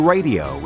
Radio